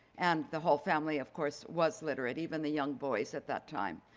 and the whole family of course was literate, even the young boys at that time.